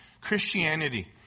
Christianity